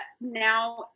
now